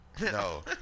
No